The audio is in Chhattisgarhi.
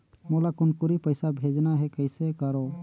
मोला कुनकुरी पइसा भेजना हैं, कइसे करो?